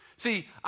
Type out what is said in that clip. See